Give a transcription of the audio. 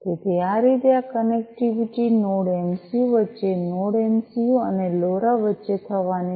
તેથી આ રીતે આ કનેક્ટિવિટી નોડ એમસિયું વચ્ચે નોડ એમસિયું અને લોરા વચ્ચે થવાની છે